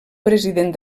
president